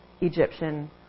Egyptian